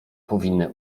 powinny